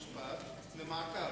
החוקה, חוק ומשפט, למעקב,